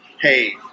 hey